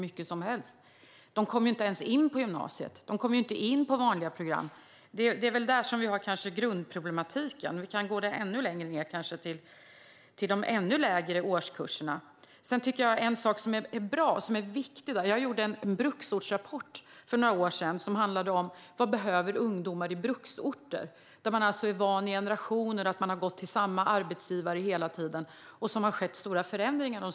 De kommer ju inte ens in på gymnasiet! De kommer ju inte in på vanliga program. Det är väl där vi har grundproblematiken, och vi kan gå ännu längre ned i årskurserna. Jag gjorde en bruksortsrapport för några år sedan som handlade om vad ungdomar i bruksorter behöver. Vad man behöver är mer prao. Tidigare har man i generationer varit vana vid att gå till samma arbetsgivare, men de senaste åren har det skett stora förändringar.